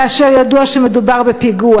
כאשר ידוע שמדובר בפיגוע?